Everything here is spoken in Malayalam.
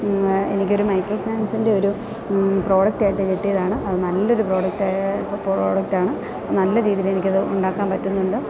എനിക്കൊരു മൈക്രോഫിനാൻസിൻ്റെ ഒരു പ്രോഡക്റ്റായിട്ടു കിട്ടിയതാണ് അതു നല്ലൊരു പ്രോഡക്റ്റ് പ്രോഡക്റ്റാണ് നല്ല രീതിയിൽ എനിക്കത് ഉണ്ടാക്കാൻ പറ്റുന്നുണ്ട്